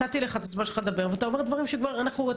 נתתי לך את הזמן שלך לדבר ואתה אומר דברים שאנחנו כבר אמרנו.